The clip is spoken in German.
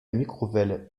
mikrowelle